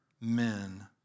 men